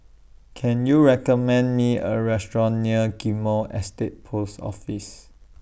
Can YOU recommend Me A Restaurant near Ghim Moh Estate Post Office